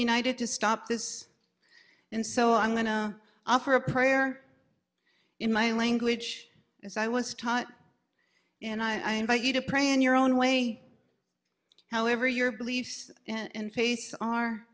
united to stop this and so i'm going to offer a prayer in my language as i was taught and i invite you to pray in your own way however your beliefs and face are